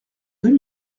deux